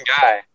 guy